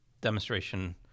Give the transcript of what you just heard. demonstration